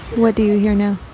what do you hear now?